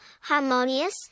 harmonious